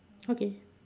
okay